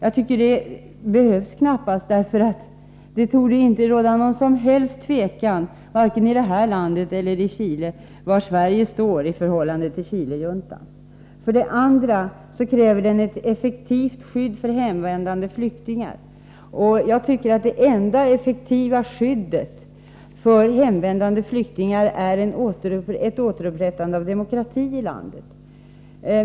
Jag tycker att det knappast behövs, därför att det inte torde råda något som helst tvivel, varken i det här landet eller i Chile, om var Sverige står i förhållande till Chilejuntan. För det andra krävs ett effektivt skydd för hemvändande flyktingar. Jag tycker att det enda effektiva skyddet för hemvändande flyktingar är ett återupprättande av demokrati i landet.